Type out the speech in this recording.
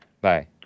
bye